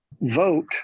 vote